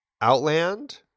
Outland